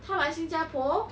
他来新加坡